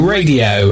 Radio